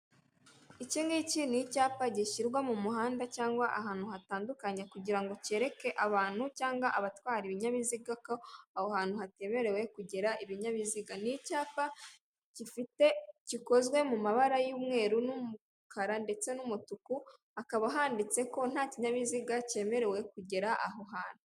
Iki ngiki ni icyapa gishyirwa mu muhanda cyangwa ahantu hatandukanye kugira ngo cyereke abantu cyangwa abatwara ibinyabiziga ko aho hantu hatemerewe kugera ibinyabiziga. Ni icyapa gikozwe mu mabara y'umweru n'umukara ndetse n'umutuku, hakaba handitse ko nta kinyabiziga cyemerewe kugera aho hantu.